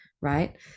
right